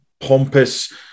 pompous